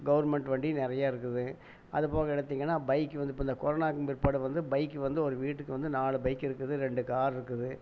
government வண்டி நிறையா இருக்குது அது போக எடுத்திங்கன்னா பைக் வந்து இப்போ இந்த கொரோனாக்கு பிற்பாடு வந்து பைக் வந்து ஒரு வீட்டுக்கு வந்து நாலு பைக் இருக்குது ரெண்டு கார் இருக்குது